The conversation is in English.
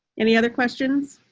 any other questions